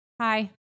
Hi